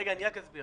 רגע, אני רק אסביר.